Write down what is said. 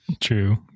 True